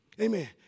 Amen